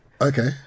Okay